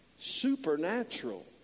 supernatural